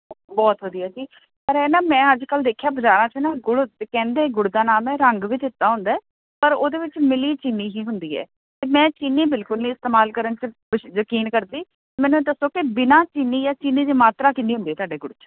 ਬਹੁਤ ਵਧੀਆ ਜੀ ਪਰ ਐ ਨਾ ਮੈਂ ਅੱਜ ਕੱਲ ਦੇਖਿਆ ਬਾਜ਼ਾਰ ਚ ਨਾ ਗੁੜ ਕਹਿੰਦੇ ਗੁੜ ਦਾ ਨਾਮ ਹੈ ਰੰਗ ਵਿੱਚ ਇਦਾ ਹੁੰਦਾ ਪਰ ਉਹਦੇ ਵਿੱਚ ਮਿਲੀ ਚੀਨੀ ਜਿਹੀ ਹੁੰਦੀ ਹੈ ਮੈਂ ਚੀਨੀ ਬਿਲਕੁਲ ਨਹੀਂ ਇਸਤੇਮਾਲ ਕਰਨ ਚ ਯਕੀਨ ਕਰਤੀ ਮੈਨੂੰ ਦੱਸੋ ਕਿ ਬਿਨਾਂ ਚੀਨੀ ਜਾਂ ਚੀਨੀ ਦੇ ਮਾਤਰਾ ਕਿੰਨੀ ਹੁੰਦੀ ਤੁਹਾਡੇ ਗੁੜ ਚ